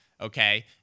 okay